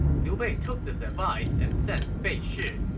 liu bei took this advice and sent fei shi,